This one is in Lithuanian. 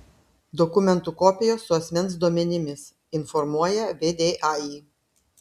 dokumentų kopijos su asmens duomenimis informuoja vdai